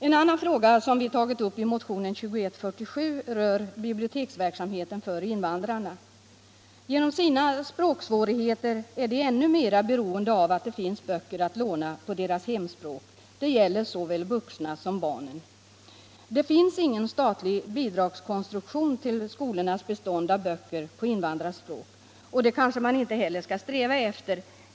En annan fråga, som vi har tagit upp i motionen 2147, rör biblioteksverksamheten för invandrarna. På grund av sina språksvårigheter är invandrarna ännu mera beroende av att det finns böcker att låna på deras hemspråk. Detta gäller såväl vuxna som barn. Det finns ingen statlig bidragskonstruktion till skolornas bestånd av böcker på invandrarspråk, och det kanske man heller inte skall sträva efter.